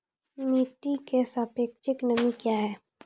मिटी की सापेक्षिक नमी कया हैं?